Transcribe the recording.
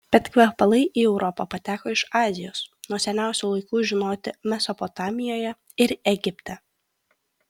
bet kvepalai į europą pateko iš azijos nuo seniausių laikų žinoti mesopotamijoje ir egipte